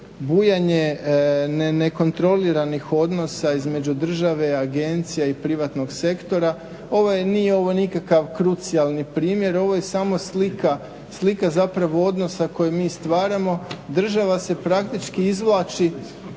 bujanje nekontroliranih odnosa između države, agencija i privatnog sektora. Nije ovo nikakav krucijalni primjer, ovo je samo slika zapravo odnosa koji mi stvaramo. Država se praktički izvlači